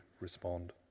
respond